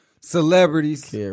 Celebrities